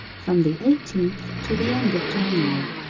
from the eighteenth to the end of january